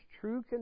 True